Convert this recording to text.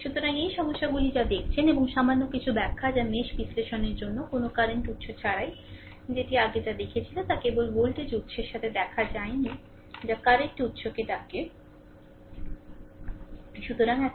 সুতরাং এই সমস্যাগুলি যা দেখেছেন এবং সামান্য কিছু ব্যাখ্যা যা মেশ বিশ্লেষণের জন্য কোনও কারেন্ট উৎস ছাড়াই rযেটি আগে যা দেখেছিল তা কেবল ভোল্টেজ উত্সের সাথে দেখা যায়নি যা কারেন্ট উৎসকে ডাকে r